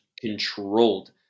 controlled